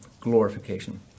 glorification